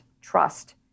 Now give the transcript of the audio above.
trust